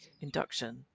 induction